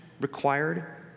required